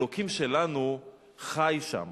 אלוקים שלנו חי שם.